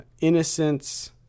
Innocence